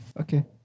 Okay